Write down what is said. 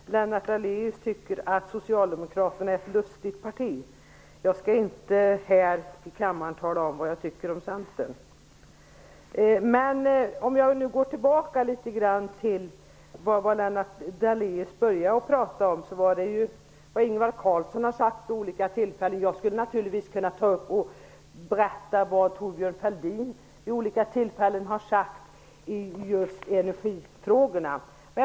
Herr talman! Jag kan stå ut med att Lennart Daléus tycker att Socialdemokraterna är ett lustigt parti. Jag skall inte här i kammaren tala om vad jag tycker om Centern. Lennart Daléus började med att prata om vad Ingvar Carlsson har sagt vid olika tillfällen. Jag skulle naturligtvis kunna berätta vad Thorbjörn Fälldin har sagt i just energifrågorna vid olika tillfällen.